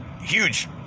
Huge